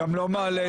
אני לא מפיץ.